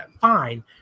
fine